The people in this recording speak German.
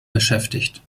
beschäftigt